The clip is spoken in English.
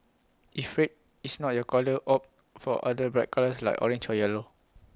if red is not your colour opt for other bright colours like orange or yellow